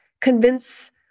convince